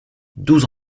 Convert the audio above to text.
douze